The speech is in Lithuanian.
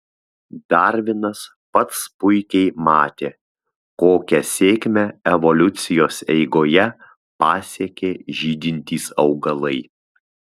darvinas pats puikiai matė kokią sėkmę evoliucijos eigoje pasiekė žydintys augalai